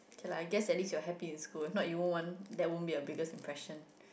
okay lah I guess at least you're happy in school if not you won't want that won't be your biggest impression